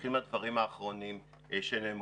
נתחיל מהדברים האחרונים שנאמרו.